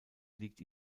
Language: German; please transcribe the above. liegt